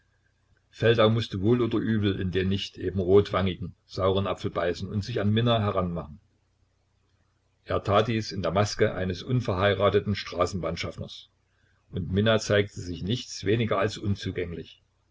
feldau mußte wohl oder übel in den nicht eben rotwangigen sauren apfel beißen und sich an minna heranmachen er tat dies in der maske eines unverheirateten straßenbahnschaffners und minna zeigte sich nichts weniger als unzugänglich